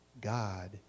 God